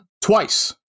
twice